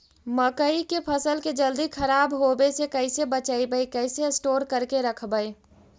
मकइ के फ़सल के जल्दी खराब होबे से कैसे बचइबै कैसे स्टोर करके रखबै?